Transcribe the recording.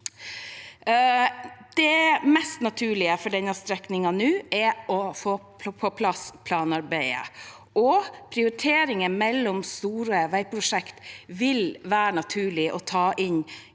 Det mest naturlige for denne strekningen nå er å få på plass planarbeidet. Prioriteringer mellom store veiprosjekter vil være naturlig å ta inn